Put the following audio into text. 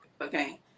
okay